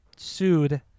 sued